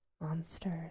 monsters